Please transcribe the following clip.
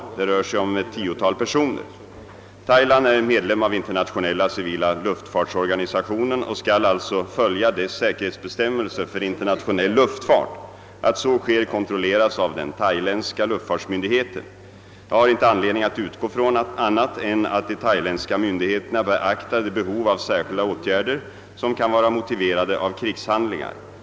Det rör sig om ett tiotal personer. Thailand är medlem av internationella civila luftfartsorganisationen och skall alltså följa dess säkerhetsbestämmelser för internationell luftfart. Att så sker kontrolleras av den thailändska luftfartsmyndigheten. Jag har inte anledning att utgå från annat än att de thailändska myndigheterna beaktar det behov av särskilda åtgärder som kan vara motiverade av krigshandlingar.